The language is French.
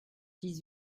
dix